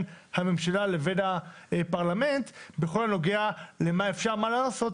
הממשלה לבין הפרלמנט בכל הנוגע למה אפשר לעשות,